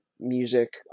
music